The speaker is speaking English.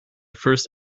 first